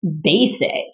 basic